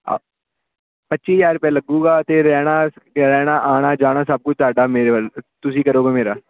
ਹਾ ਪੱਚੀ ਹਜ਼ਾਰ ਰੁਪਇਆ ਲੱਗੂਗਾ ਅਤੇ ਰਹਿਣਾ ਅਤੇ ਰਹਿਣਾ ਆਉਣਾ ਜਾਣਾ ਸਭ ਕੁਛ ਤੁਹਾਡਾ ਮੇਰੇ ਵੱਲ ਤੁਸੀਂ ਕਰੋਗੇ ਮੇਰਾ